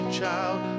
child